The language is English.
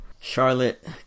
Charlotte